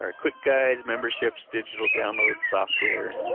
ah quick guides, memberships, digital downloads, software.